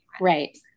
Right